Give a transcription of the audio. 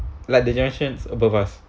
like the generation above us